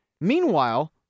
Meanwhile